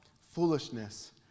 foolishness